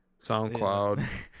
SoundCloud